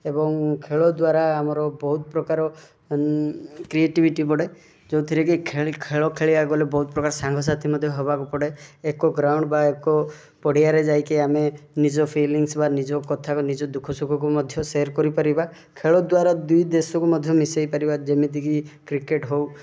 ଏବଂ ଖେଳ ଦ୍ଵାରା ଆମର ବହୁତ ପ୍ରକାର କ୍ରିଏଟିଭିଟି ବଢ଼େ ଯେଉଁଥିରେ କି ଖେଳି ଖେଳ ଖେଳିବାକୁ ଗଲେ ବହୁତ ପ୍ରକାର ସାଙ୍ଗ ସାଥୀ ମଧ୍ୟ ହବାକୁ ପଡ଼େ ଏକ ଗ୍ରାଉଣ୍ଡ୍ ବା ଏକ ପଡ଼ିଆରେ ଯାଇକି ଆମେ ନିଜ ଫିଲିଙ୍ଗସ୍ ବା ନିଜ କଥାକୁ ନିଜ ଦୁଃଖ ସୁଖକୁ ମଧ୍ୟ ସେୟାର କରିପାରିବା ଖେଳ ଦ୍ଵାରା ଦୁଇ ଦେଶକୁ ମଧ୍ୟ ମିଶାଇ ପାରିବା ଯେମିତିକି କ୍ରିକେଟ୍ ହଉ